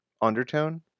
undertone